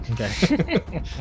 Okay